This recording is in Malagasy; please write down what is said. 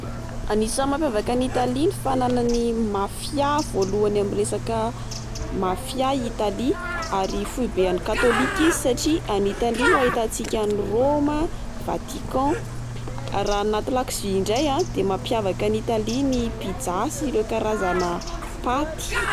Anisan'ny mampiavaka an'i Italie ny fananany mafia, voaloany amin'ny resaka mafia i Italie. Ary foibe an'ny catholique izy satria any Italie no ahitantsika an'i Roma, Vatican. Ary raha anaty lakozia indray a, de mampiavaka an'i Italie ny pizza sy ireo karazana paty.